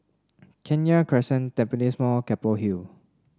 Kenya Crescent Tampines Mall Keppel Hill